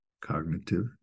cognitive